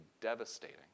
devastating